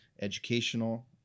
educational